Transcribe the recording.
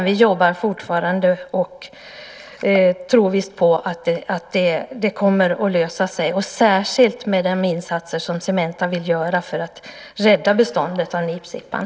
Vi jobbar fortfarande och trosvisst med att det kommer att lösa sig, särskilt med de insatser som Cementa vill göra för att rädda beståndet av nipsippan.